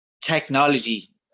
technology